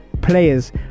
players